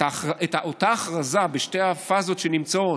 את אותה הכרזה בשתי הפאזות שנמצאות,